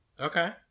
Okay